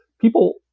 people